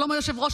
שלום, היושב-ראש.